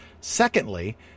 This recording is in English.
secondly